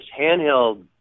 handheld